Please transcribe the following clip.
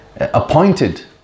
appointed